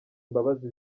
imbabazi